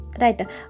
Right